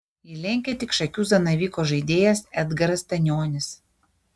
jį lenkia tik šakių zanavyko žaidėjas edgaras stanionis